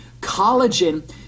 Collagen